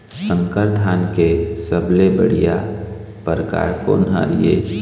संकर धान के सबले बढ़िया परकार कोन हर ये?